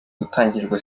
gutangirwa